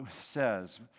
says